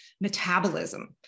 metabolism